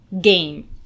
game